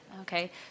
Okay